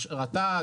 רט"ג,